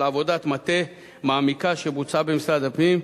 עבודת מטה מעמיקה שבוצעה במשרד הפנים,